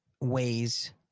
ways